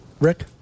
Rick